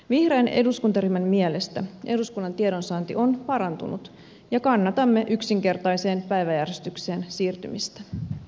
vihreän eduskuntaryhmän mielestä eduskunnan tiedonsaanti on parantunut ja kannatamme yksinkertaiseen päiväjärjestykseen siirtymistä